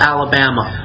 Alabama